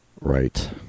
Right